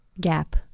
Gap